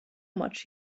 much